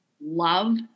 love